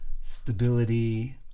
stability